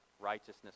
righteousness